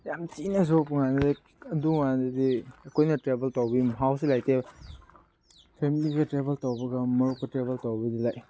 ꯌꯥꯝ ꯊꯤꯅ ꯁꯣꯛꯄ ꯀꯥꯟꯗ ꯑꯗꯨ ꯀꯥꯟꯗꯗꯤ ꯑꯩꯈꯣꯏꯅ ꯇ꯭ꯔꯦꯚꯦꯜ ꯇꯧꯕꯩ ꯃꯍꯥꯎꯁꯨ ꯂꯩꯇꯦ ꯐꯦꯃꯤꯂꯤꯒ ꯇ꯭ꯔꯦꯚꯦꯜ ꯇꯧꯕꯒ ꯃꯔꯨꯞꯀ ꯇ꯭ꯔꯦꯚꯦꯜ ꯇꯧꯕꯗꯤ ꯂꯥꯏꯛ